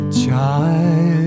child